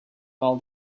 call